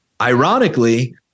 Ironically